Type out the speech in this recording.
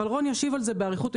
אבל רון ישיב על זה באריכות,